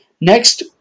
Next